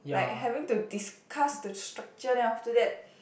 like having to discuss the structure then after that